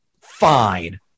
fine